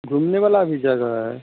घूमने वाली भी जगह है